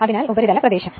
അതിനാൽ ഉപരിതല പ്രദേശം